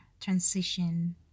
transition